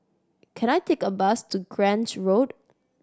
can I take a bus to Grange Road